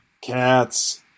cats